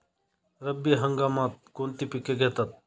रब्बी हंगामात कोणती पिके घेतात?